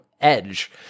Edge